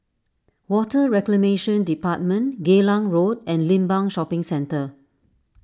Water Reclamation Department Geylang Road and Limbang Shopping Centre